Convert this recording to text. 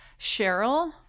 Cheryl